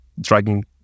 dragging